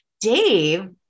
Dave